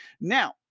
Now